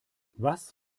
was